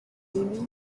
amy